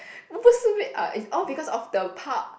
uh is all because of the park